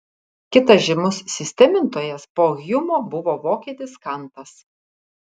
kitas žymus sistemintojas po hjumo buvo vokietis kantas